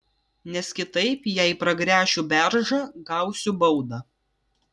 nes kitaip jei pragręšiu beržą gausiu baudą